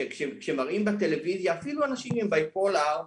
כשמראים בטלוויזיה אפילו אנשים עם ביפולאר,